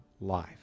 life